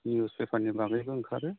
news पेपारनि बागैबो ओंखारो